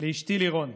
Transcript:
לאשתי לירון.